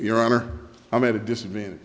our honor i'm at a disadvantage